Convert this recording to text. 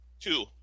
Two